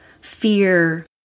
fear